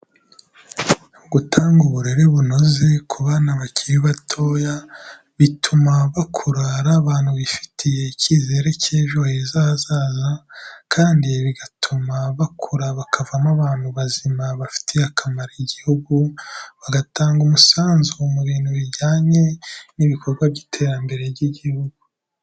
Gutanga uburere bunoze ku bana bakiri batoya, bituma bakura ari abantu bifitiye icyizere cy'ejo heza hazaza kandi bigatuma bakura bakavamo abantu bazima bafitiye akamaro igihugu, bagatanga umusanzu mu bintu bijyanye n'ibikorwa by'iterambere ry'igihugu.